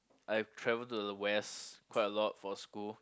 I have travelled to the west quite a lot for school